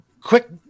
quick